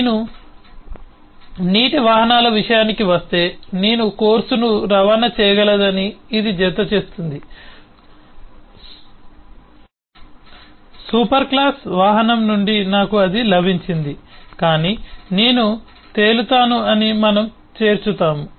నేను నీటి వాహనాల విషయానికి వస్తే నేను కోర్సును రవాణా చేయగలనని ఇది జతచేస్తుంది సూపర్ క్లాస్ వాహనం నుండి నాకు అది లభించింది కాని నేను తేలుతాను అని మనము చేర్చుతాము